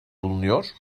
bulunuyor